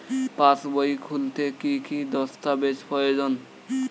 পাসবই খুলতে কি কি দস্তাবেজ প্রয়োজন?